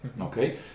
Okay